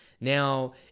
Now